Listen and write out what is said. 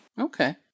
Okay